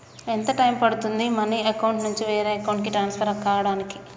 ఎంత టైం పడుతుంది money account నుంచి వేరే అకౌంట్ కి ట్రాన్స్ఫర్ కావటానికి?